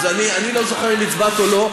אז אני לא זוכר אם הצבעת או לא,